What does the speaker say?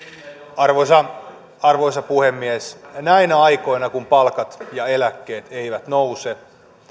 arvoisa arvoisa puhemies näinä aikoina kun palkat ja eläkkeet eivät nouse